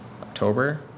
October